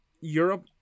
Europe